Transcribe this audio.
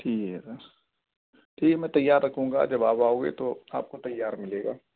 ٹھیک ہے سر ٹھیک ہے میں تیار رکھوں گا جب آپ آؤ گے تو آپ کو تیار ملے گا